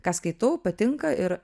ką skaitau patinka ir